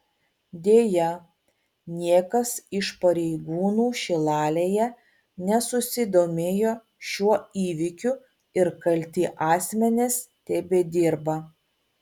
deja niekas iš pareigūnų šilalėje nesusidomėjo šiuo įvykiu ir kalti asmenys tebedirba